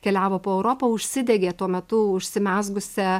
keliavo po europą užsidegė tuo metu užsimezgusia